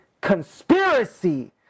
conspiracy